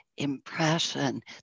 impression